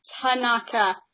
Tanaka